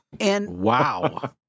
Wow